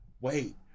wait